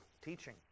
teaching